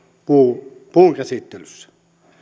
puun puun käsittelyssä